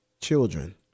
children